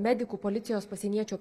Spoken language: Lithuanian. medikų policijos pasieniečių